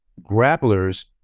Grapplers